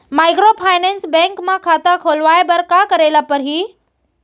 Microfinance bank म खाता खोलवाय बर का करे ल परही?